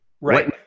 right